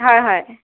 হয় হয়